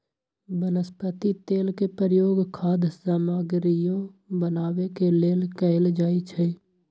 वनस्पति तेल के प्रयोग खाद्य सामगरियो बनावे के लेल कैल जाई छई